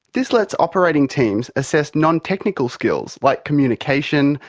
this lets operating teams assess nontechnical skills like communication,